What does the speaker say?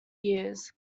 years